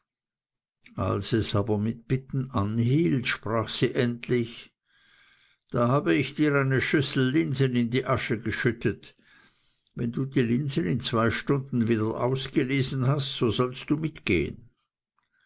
als es aber mit bitten anhielt sprach sie endlich da habe ich dir eine schüssel linsen in die asche geschüttet wenn du die linsen in zwei stunden wieder ausgelesen hast so sollst du mitgehen